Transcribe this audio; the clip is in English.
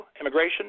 immigration